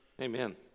Amen